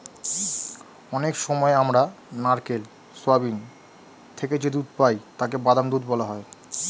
অনেক সময় আমরা নারকেল, সোয়াবিন থেকে যে দুধ পাই তাকে বাদাম দুধ বলা হয়